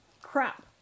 crap